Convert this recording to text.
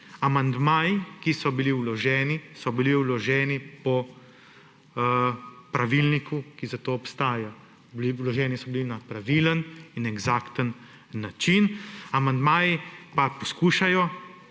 Amandmaji, ki so bili vloženi, so bili vloženi po pravilniku, ki za to obstaja. Vloženi so bili na pravilen in eksakten način, amandmaji pa poskušajo